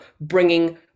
bringing